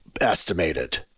estimated